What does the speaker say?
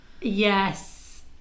Yes